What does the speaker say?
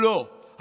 לא.